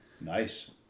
Nice